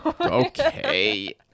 Okay